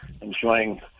enjoying